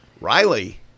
Riley